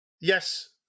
Yes